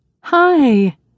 Hi